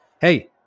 hey